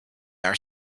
are